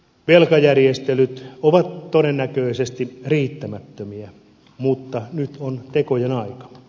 velkajärjestelyt ovat todennäköisesti riittämättömiä mutta nyt on tekojen aika